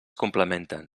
complementen